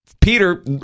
Peter